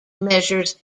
measures